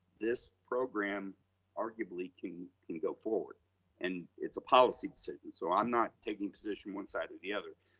this program arguably can can go forward and it's a policy decision. so i'm not taking position one side or the other.